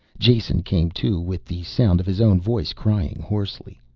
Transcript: jason came to with the sound of his own voice crying hoarsely.